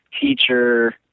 teacher